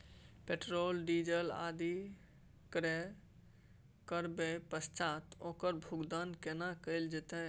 Petrol, diesel आदि क्रय करबैक पश्चात ओकर भुगतान केना कैल जेतै?